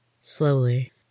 Slowly